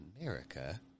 America